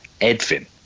Edvin